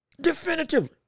Definitively